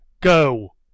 Go